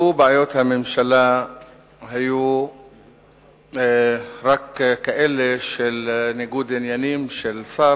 לו בעיות הממשלה היו רק כאלה של ניגוד עניינים של שר,